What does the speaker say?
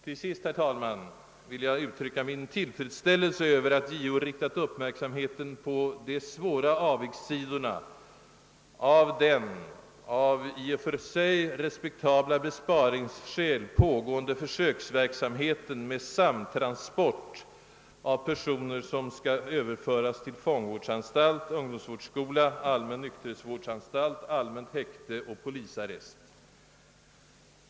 Till sist, herr talman, vill jag uttrycka min tillfredsställelse över att JO riktat uppmärksamheten på de svåra avigsidorna av den av i och för sig respektabla besparingsskäl igångsatta försöksverksamheten med samtransport av personer som skall överföras till fångvårdsanstalt, ungdomsvårdsskola, allmän nykterhetsvårdsanstalt, allmänt häkte eller polisarrest.